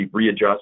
Readjust